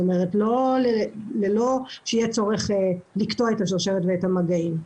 כלומר שלא יהיה צורך לקטוע את השרשרת ואת המגעים.